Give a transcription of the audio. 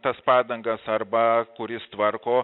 tas padangas arba kuris tvarko